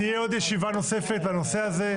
תהיה עוד ישיבה נוספת בנושא הזה.